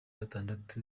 atandatu